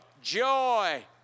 joy